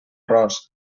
arròs